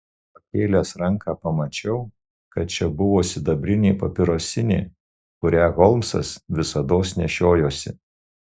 pakėlęs ranką pamačiau kad čia buvo sidabrinė papirosinė kurią holmsas visados nešiojosi